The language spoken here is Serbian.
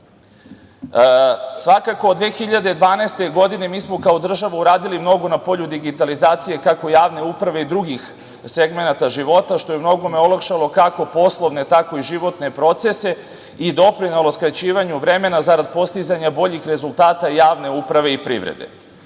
uprave. Svakako, 2012. godine mi smo kao država uradili mnogo na polju digitalizacije kako javne uprave i drugih segmenata života, što je u mnogome olakšalo kako poslovne, tako i životne procese i doprinelo skraćivanju vremena zarad postizanja boljih rezultata javne uprave i privrede. Dokaz